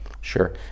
Sure